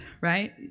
right